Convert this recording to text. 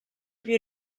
più